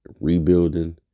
rebuilding